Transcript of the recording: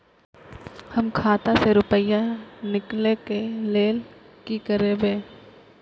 हम खाता से रुपया निकले के लेल की करबे?